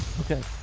Okay